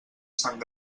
sant